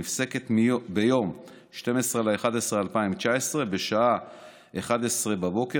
נפסקת ביום 12 בנובמבר 2019 בשעה 11:00,